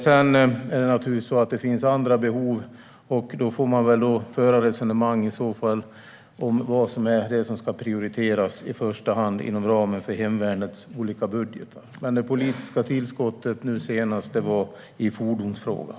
Sedan är det naturligtvis så att det finns andra behov, och man får väl i så fall föra resonemang om vad det är som i första hand ska prioriteras inom ramen för hemvärnets olika budgetar. Det politiska tillskottet nu senast var dock i fordonsfrågan.